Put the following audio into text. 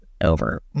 over